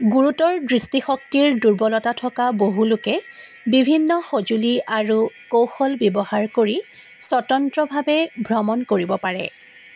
গুৰুতৰ দৃষ্টিশক্তিৰ দুৰ্বলতা থকা বহুলোকে বিভিন্ন সঁজুলি আৰু কৌশল ব্যৱহাৰ কৰি স্বতন্ত্ৰভাৱে ভ্ৰমণ কৰিব পাৰে